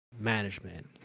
management